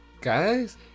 guys